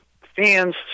fans